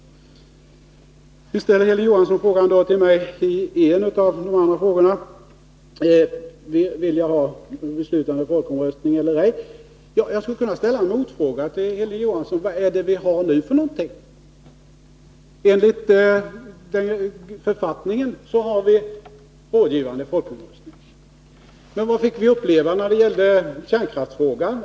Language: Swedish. Vidare ställer Hilding Johansson till mig bl.a. frågan om jag vill ha beslutande folkomröstningar eller ej. Jag skulle kunna ställa en motfråga till Hilding Johansson: Vad är det vi har nu? Enligt författningen har vi rådgivande folkomröstning, men vad fick vi uppleva i kärnkraftsfrågan?